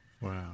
Wow